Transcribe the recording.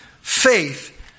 faith